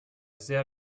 sehr